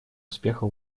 успеха